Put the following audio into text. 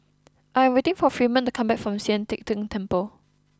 I am waiting for Freeman to come back from Sian Teck Tng Temple